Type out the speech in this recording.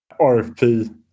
RFP